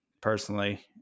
Personally